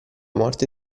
morte